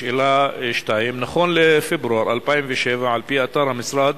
שאלה 2: נכון לפברואר 2007, על-פי אתר המשרד,